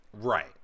Right